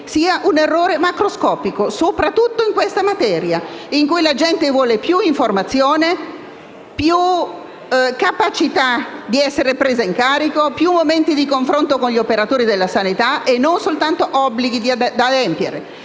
sia un errore macroscopico, soprattutto in questa materia in cui la gente vuole più informazione, maggiore capacità di essere presa in carico, più momenti di confronto con gli operatori della sanità e non soltanto obblighi da adempiere.